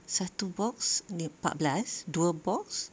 satu box ni empat belas dua box